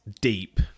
deep